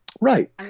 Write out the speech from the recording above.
Right